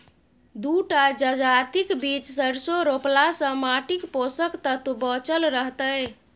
दू टा जजातिक बीच सरिसों रोपलासँ माटिक पोषक तत्व बचल रहतै